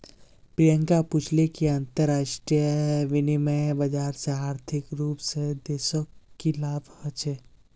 प्रियंका पूछले कि अंतरराष्ट्रीय विनिमय बाजार से आर्थिक रूप से देशक की लाभ ह छे